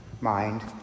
mind